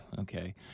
okay